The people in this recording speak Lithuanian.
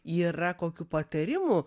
yra kokių patarimų